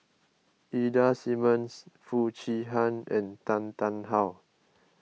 Ida Simmons Foo Chee Han and Tan Tarn How